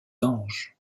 anges